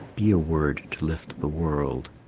be a word to lift the world,